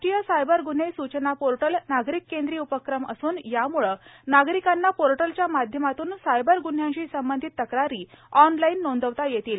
राष्ट्रीय सायबर गुन्हे सूचना पोर्टल नागरिककेंद्री उपक्रम असून यामुळे नागरिकांना पोर्टलच्या माध्यमातून सायबर गुन्ह्यांशी संबंधित तक्रारी एनलाईन नोंदवता येतील